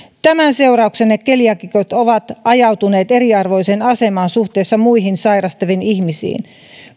tämän seurauksena keliaakikot ovat ajautuneet eriarvoiseen asemaan suhteessa muihin sairastaviin ihmisiin